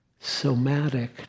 somatic